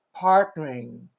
partnering